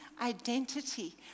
identity